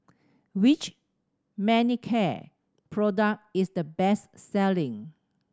which Manicare product is the best selling